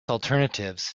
alternatives